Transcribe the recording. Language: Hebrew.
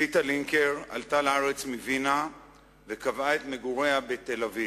ציטה לינקר עלתה לארץ מווינה וקבעה את מגוריה בתל-אביב.